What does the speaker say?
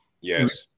Yes